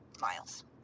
miles